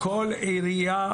כל עירייה